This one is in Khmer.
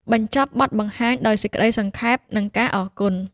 បញ្ចប់បទបង្ហាញដោយសេចក្តីសង្ខេប និងការអរគុណ។